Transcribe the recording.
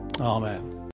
Amen